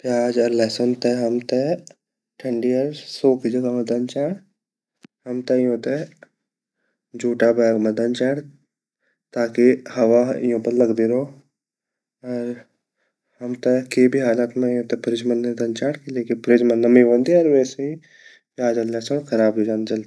प्याज़ अर लहसुन ते हमते ठंडी अर सूखी जगह मा धन चैन्ड हमते युते जूटा बैग मा धन चैन्ड ताकि हवा युपर लगदी रो अर हमते के भी हालत मा युते फ्रिज मा नी धन चैन्ड किले की फ्रिज मा नमी वोन्दि अर वेसे प्याज़ अर लहसुन ख़राब वे जांदा जल्दी।